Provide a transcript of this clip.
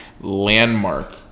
landmark